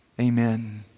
amen